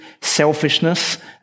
selfishness